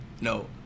No